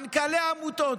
מנכ"לי עמותות,